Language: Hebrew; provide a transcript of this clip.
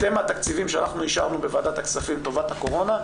אתם מהתקציבים שאישרנו בוועדת הכספים לטובת הקורונה,